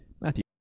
Matthew